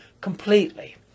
completely